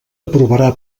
aprovarà